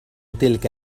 تلك